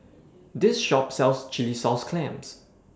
This Shop sells Chilli Sauce Clams